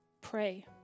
pray